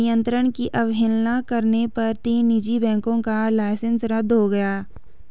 नियंत्रण की अवहेलना करने पर तीन निजी बैंकों का लाइसेंस रद्द हो गया